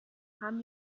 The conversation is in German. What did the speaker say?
haben